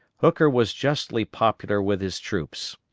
hooker was justly popular with his troops.